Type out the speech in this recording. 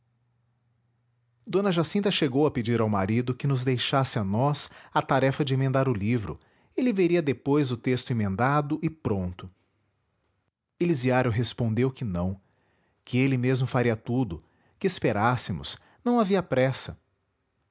d jacinta chegou a pedir ao marido que nos deixasse a nós a tarefa de emendar o livro ele veria depois o texto emendado e pronto elisiário respondeu que não que ele mesmo faria tudo que esperássemos não havia pressa